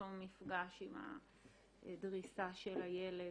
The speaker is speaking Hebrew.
אותו מפגש עם הדריסה של הילד